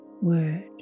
word